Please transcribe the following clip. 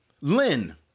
Lynn